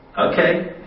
Okay